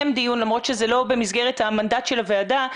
דיון למרות שזה לא במסגרת המנדט של הוועדה,